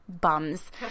bums